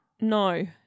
No